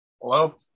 hello